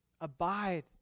abide